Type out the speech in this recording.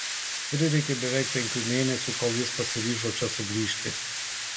prireikė beveik penkių mėnesių kol jis pasiryžo čia sugrįžti